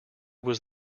was